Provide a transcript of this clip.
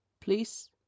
please